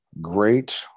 great